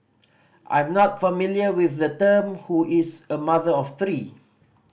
I'm not familiar with the term who is a mother of three